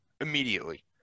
immediately